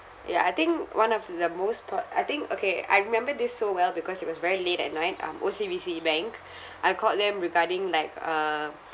ya I think one of the most part I think okay I remember this so well because it was very late at night um O_C_B_C bank I called them regarding like uh